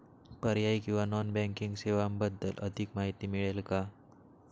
पर्यायी किंवा non banking सेवांबद्दल अधिक माहिती मिळेल का?